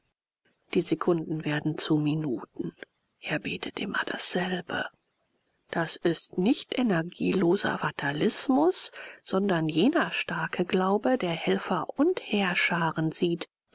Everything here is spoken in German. die sekunden werden zu minuten er betet immer dasselbe das ist nicht energieloser fatalismus sondern jener starke glaube der helfer und heerscharen sieht